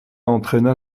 entraîna